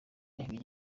bigira